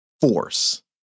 force